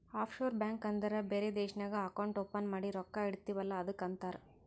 of sure bank ಅಂದುರ್ ಬೇರೆ ದೇಶ್ನಾಗ್ ಅಕೌಂಟ್ ಓಪನ್ ಮಾಡಿ ರೊಕ್ಕಾ ಇಡ್ತಿವ್ ಅಲ್ಲ ಅದ್ದುಕ್ ಅಂತಾರ್